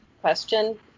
question